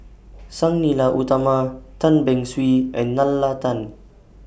Sang Nila Utama Tan Beng Swee and Nalla Tan